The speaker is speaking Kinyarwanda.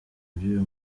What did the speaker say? by’uyu